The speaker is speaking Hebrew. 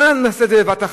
לא נעשה את זה בבת-אחת.